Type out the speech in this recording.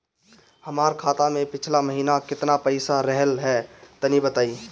हमार खाता मे पिछला महीना केतना पईसा रहल ह तनि बताईं?